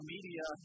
Media